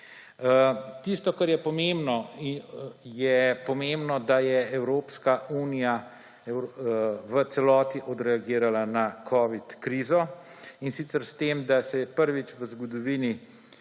Tisto, kar je pomembno, je, da je Evropska unija v celoti odreagirala na covid krizo. In sicer s tem, da se je prvič v zgodovini